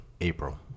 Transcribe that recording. April